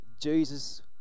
Jesus